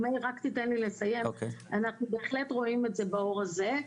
אנחנו בהחלט רואים את זה באור הזה,